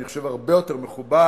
אני חושב שהרבה יותר מכובד